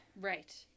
Right